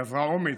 היא אזרה אומץ,